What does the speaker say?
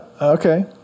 Okay